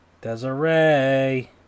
Desiree